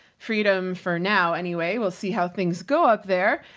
freedom for now, anyway. we'll see how things go up there.